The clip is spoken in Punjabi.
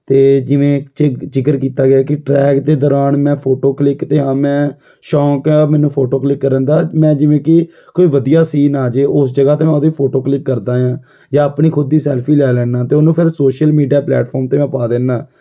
ਅਤੇ ਜਿਵੇਂ ਜ਼ਿਕ ਜ਼ਿਕਰ ਕੀਤਾ ਗਿਆ ਕਿ ਟਰੈਕ ਦੇ ਦੌਰਾਨ ਮੈਂ ਫੋਟੋ ਕਲਿੱਕ 'ਤੇ ਹਾਂ ਮੈਂ ਸ਼ੌਕ ਆ ਮੈਨੂੰ ਫੋਟੋ ਕਲਿੱਕ ਕਰਨ ਦਾ ਮੈਂ ਜਿਵੇਂ ਕਿ ਕੋਈ ਵਧੀਆ ਸੀਨ ਆ ਜਾਵੇ ਉਸ ਜਗ੍ਹਾ 'ਤੇ ਮੈਂ ਉਹਦੀ ਫੋਟੋ ਕਲਿੱਕ ਕਰਦਾ ਹਾਂ ਜਾਂ ਆਪਣੀ ਖੁਦ ਦੀ ਸੈਲਫੀ ਲੈ ਲੈਂਦਾ ਅਤੇ ਉਹਨੂੰ ਫੇਰ ਸੋਸ਼ਲ ਮੀਡੀਆ ਪਲੇਟਫੋਰਮ 'ਤੇ ਮੈਂ ਪਾ ਦਿੰਦਾ